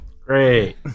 Great